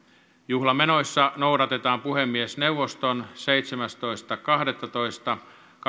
juhlamenoissa noudatetaan puhemiesneuvoston seitsemästoista kahdettatoista